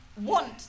want